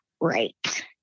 right